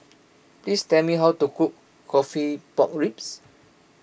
please tell me how to cook Coffee Pork Ribs